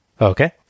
Okay